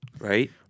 Right